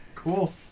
Cool